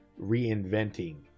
reinventing